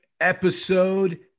episode